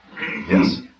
Yes